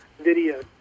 video